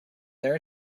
there